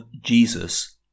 Jesus